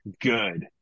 good